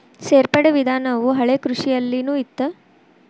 ಸೇರ್ಪಡೆ ವಿಧಾನವು ಹಳೆಕೃಷಿಯಲ್ಲಿನು ಇತ್ತ